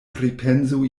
pripensu